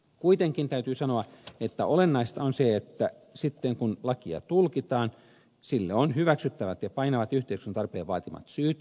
kuitenkin täytyy sanoa että olennaista on se että sitten kun lakia tulkitaan sille on hyväksyttävät ja painavat yhteiskunnan tarpeen vaatimat syyt